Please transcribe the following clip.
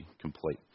complete